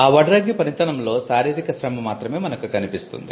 ఆ వడ్రంగి పనితనంలో శారీరిక శ్రమ మాత్రమే మనకు కనిపిస్తుంది